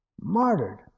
martyred